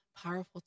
powerful